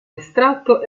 estratto